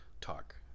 talk